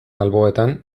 alboetan